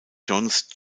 john’s